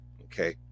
okay